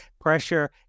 pressure